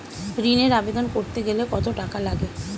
ঋণের আবেদন করতে গেলে কত টাকা লাগে?